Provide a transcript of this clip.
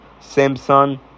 Samsung